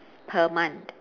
per month